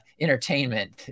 entertainment